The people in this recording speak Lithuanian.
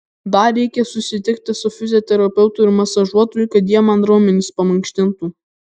dar reikia susitikti su fizioterapeutu ir masažuotoju kad jie man raumenis pamankštintų